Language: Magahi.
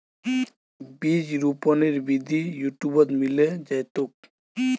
बीज रोपनेर विधि यूट्यूबत मिले जैतोक